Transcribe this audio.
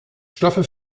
stoffe